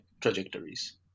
trajectories